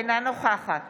אינה נוכחת